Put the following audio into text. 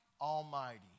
Almighty